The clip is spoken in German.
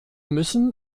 müssen